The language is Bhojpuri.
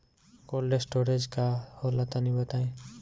कोल्ड स्टोरेज का होला तनि बताई?